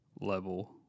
level